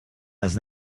has